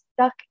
stuck